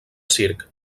circ